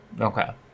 Okay